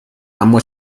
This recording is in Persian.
اما